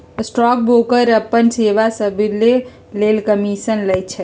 stock broker अप्पन सेवा सभके लेल कमीशन लइछइ